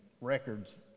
records